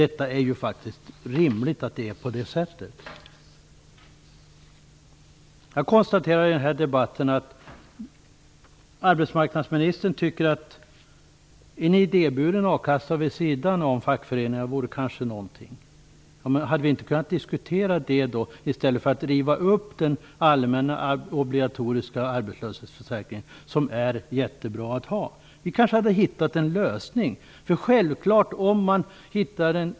Det är rimligt att det är så. Arbetsmarknadsministern tycker att man kanske kunde ha en idéburen a-kassa vid sidan av fackföreningarna. Det hade väl varit bättre att diskutera den frågan än att riva upp den allmänna obligatoriska arbetslöshetsförsäkringen som ju är bra att ha.